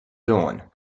dawn